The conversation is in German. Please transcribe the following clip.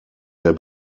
der